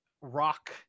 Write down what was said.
rock